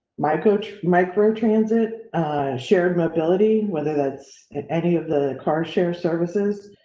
my coach, micro transit shared mobility, whether that's at any of the car share services.